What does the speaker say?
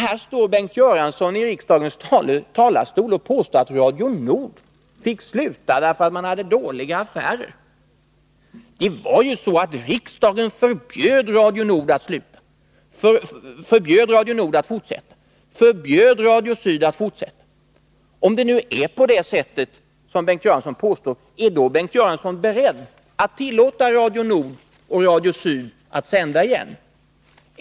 Här står Bengt Göransson i riksdagens talarstol och påstår att Radio Nord fick sluta sända för att man hade dåliga affärer. Det var ju så att riksdagen förbjöd såväl Radio Nord som Radio Syd att fortsätta. Om det nu är på det sätt som Bengt Göransson påstår, är då Bengt Göransson beredd att tillåta Radio Nord och Radio Syd att sända igen?